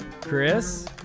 Chris